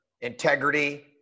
integrity